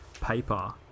paper